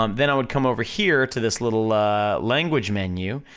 um then i would come over here to this little ah language menu,